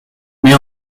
mais